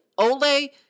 Ole